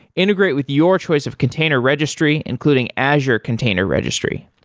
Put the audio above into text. integrate with your choice of container registry, including azure container registry.